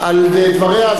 על דבריה,